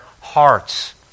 hearts